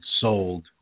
Sold